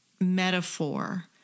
metaphor